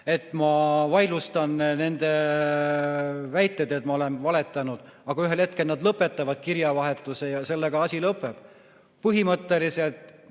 ja vaidlustanud nende väited, et ma olen valetanud. Aga ühel hetkel nad lõpetavad kirjavahetuse ja sellega asi lõpeb. Põhimõtteliselt